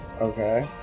Okay